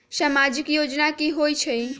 समाजिक योजना की होई छई?